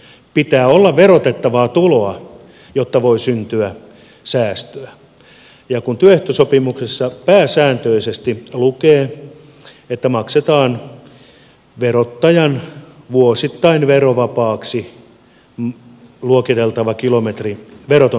pitää olla verotettavaa tuloa jotta voi syntyä säästöä ja kun työehtosopimuksissa pääsääntöisesti lukee että maksetaan verottajan vuosittain verovapaaksi luokiteltava veroton kilometrikorvaus